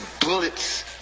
bullets